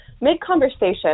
mid-conversation